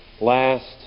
Last